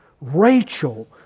Rachel